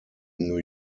new